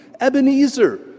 Ebenezer